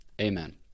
amen